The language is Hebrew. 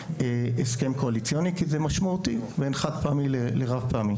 הסכם קואליציוני כי זה משמעותי בין חד פעמי לרב-פעמי.